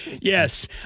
Yes